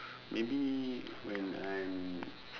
maybe when I'm